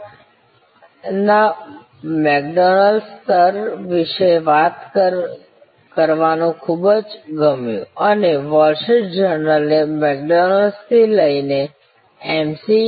ને ઓછા ખર્ચે વ્યાજબી કિંમતે સારી સેવાના મેકડોનાલ્ડ્સ સ્તર વિશે વાત કરવાનું ખૂબ જ ગમ્યું અને વોલ સ્ટ્રીટ જર્નલે મેકડોનાલ્ડ્સથી લઈને Mc